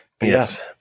Yes